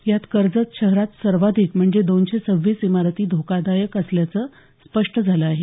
यात कर्जत शहरात सर्वाधिक म्हणजे दोनशे सव्वीस इमारती धोकादायक असल्याचं स्पष्ट झालं आहे